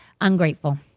ungrateful